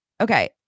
okay